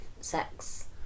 sex